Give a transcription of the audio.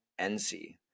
NC